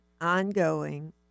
ongoing